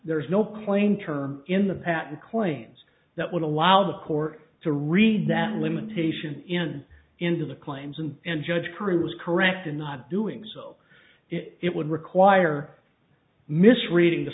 there is no plane term in the patent claims that would allow the court to read that limitation in into the claims and and judge curry was correct in not doing so it would require misreading the